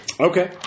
Okay